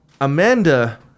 Amanda